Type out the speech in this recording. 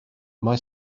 mae